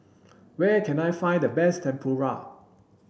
where can I find the best Tempura